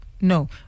No